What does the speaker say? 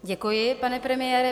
Děkuji, pane premiére.